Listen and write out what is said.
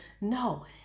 No